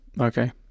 Okay